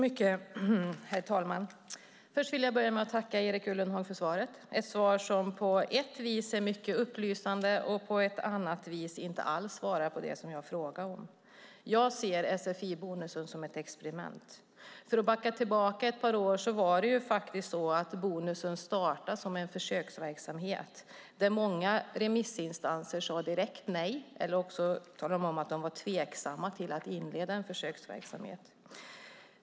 Herr talman! Jag vill börja med att tacka Erik Ullenhag för svaret. Det är ett svar som på ett vis är mycket upplysande och som på ett annat vis inte alls svarar på det som jag frågade om. Jag ser sfi-bonusen som ett experiment. Låt mig backa tillbaka ett par år. Bonusen startade som en försöksverksamhet. Många remissinstanser sade direkt nej och andra talade om att de var tveksamma till att inleda en försöksverksamhet.